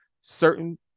certain